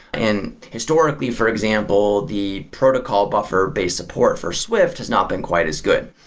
and historically, for example, the protocol buffer based support for swift has not been quite as good.